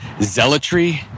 zealotry